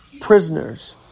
prisoners